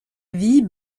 vie